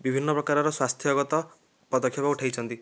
ବିଭିନ୍ନ ପ୍ରକାରର ସ୍ୱାସ୍ଥ୍ୟଗତ ପଦକ୍ଷେପ ଉଠେଇଛନ୍ତି